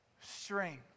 Strength